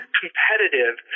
competitive